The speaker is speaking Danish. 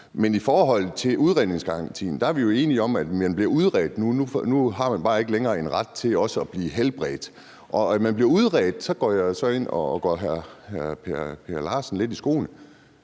Men i forhold til udredningsgarantien er vi jo enige om, at man bliver udredt nu. Nu har man bare ikke længere en ret til også at blive helbredt. Man bliver udredt. Og så går jeg ind og går hr. Per Larsen lidt i bedene: